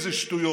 איזה שטויות.